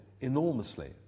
enormously